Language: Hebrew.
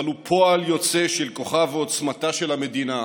אבל הוא פועל יוצא של כוחה ועוצמתה של המדינה,